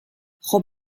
خوب